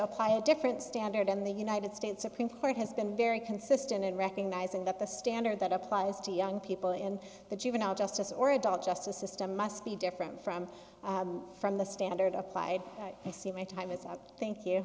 apply a different standard in the united states supreme court has been very consistent in recognizing that the standard that applies to young people in the juvenile justice or adult justice system must be different from from the standard applied i see my time as a thank you